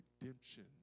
redemption